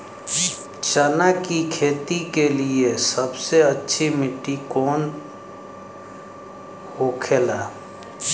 चना की खेती के लिए सबसे अच्छी मिट्टी कौन होखे ला?